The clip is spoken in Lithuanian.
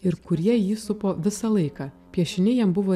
ir kurie jį supo visą laiką piešiniai jam buvo